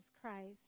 Christ